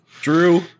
Drew